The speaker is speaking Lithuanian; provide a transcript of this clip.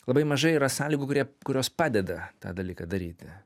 labai mažai yra sąlygų kurie kurios padeda tą dalyką daryti